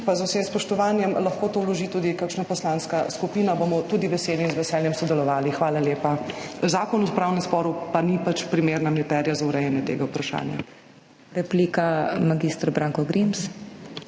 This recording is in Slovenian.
pa, z vsem spoštovanjem, lahko to vloži tudi kakšna poslanska skupina, bomo tudi veseli in z veseljem sodelovali. Hvala lepa. Zakon o upravnem sporu pa pač ni primerna materija za urejanje tega vprašanja. PODPREDSEDNICA MAG.